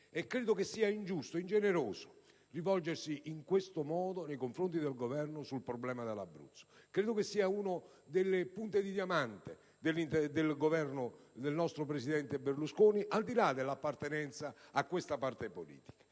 Credo che sia ingiusto e ingeneroso rivolgersi in questo modo al Governo sul problema dell'Abruzzo. Credo che sia una delle punte di diamante del Governo e del nostro presidente Berlusconi, al di là dell'appartenenza a questa parte politica.